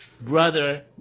brother